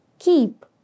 Keep